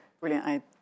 Brilliant